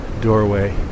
doorway